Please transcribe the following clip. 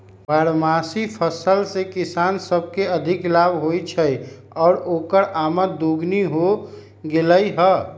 बारहमासी फसल से किसान सब के अधिक लाभ होई छई आउर ओकर आमद दोगुनी हो गेलई ह